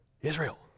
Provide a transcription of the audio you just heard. Israel